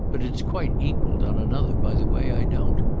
but it's quite equalled, on another, by the way i don't.